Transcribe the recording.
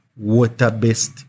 water-based